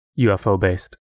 UFO-based